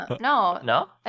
no